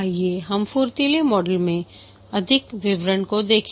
आइए हम फुर्तीले मॉडल के अधिक विवरणों को देखें